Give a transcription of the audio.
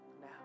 now